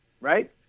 Right